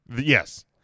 Yes